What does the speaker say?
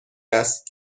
است